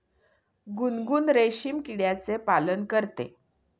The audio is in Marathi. गुनगुन रेशीम किड्याचे पालन करते